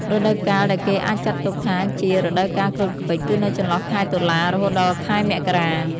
រដូវកាលដែលគេអាចចាត់ទុកថាជា រដូវកាលក្រូចឃ្វិច គឺនៅចន្លោះខែ តុលា រហូតដល់ខែមករា។